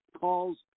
calls